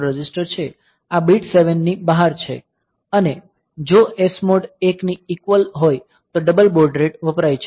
આ બીટ 7 ની બહાર છે અને જો SMOD 1 ની ઈકવલ હોય તો ડબલ બોડ રેટ વપરાય છે